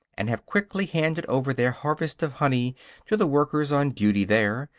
and have quickly handed over their harvest of honey to the workers on duty there,